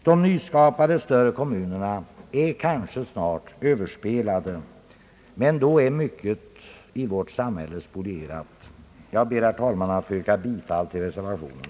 De nyskapade större kommunerna är kanske snart överspelade, men då är mycket i vårt samhälle spolierat. Jag ber, herr talman, att få yrka bifall till reservationen.